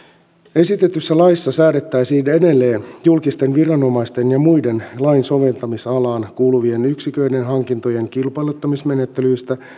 esitetyssä laissa säädettäisiin edelleen julkisten viranomaisten ja muiden lain soveltamisalaan kuuluvien yksiköiden hankintojen kilpailuttamismenettelyistä